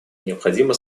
необходима